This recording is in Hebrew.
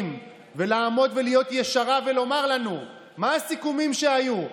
ולעמוד ולהיות ישרה ולומר לנו מה הסיכומים שהיו?